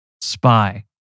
spy